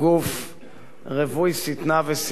רווי שטנה ושנאה, גוף ציני.